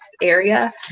area